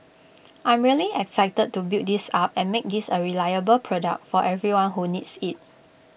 I'm really excited to build this up and make this A reliable product for everyone who needs IT